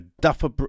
Duffer